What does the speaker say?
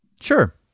sure